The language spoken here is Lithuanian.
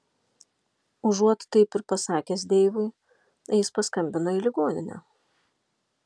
užuot taip ir pasakęs deivui jis paskambino į ligoninę